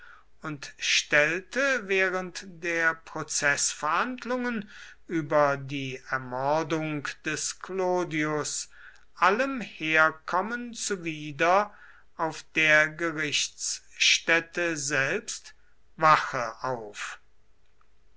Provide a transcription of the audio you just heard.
und stellte während der prozeßverhandlungen über die ermordung des clodius allem herkommen zuwider auf der gerichtsstätte selbst wache auf